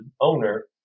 owner